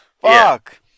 Fuck